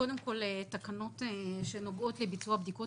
קודם כול תקנות שנוגעות לביצוע בדיקות